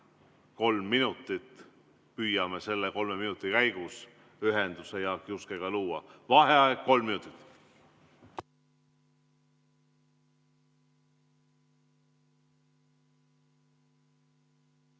kolm minutit ja püüame selle kolme minuti käigus luua ühenduse Jaak Juskega. Vaheaeg kolm minutit.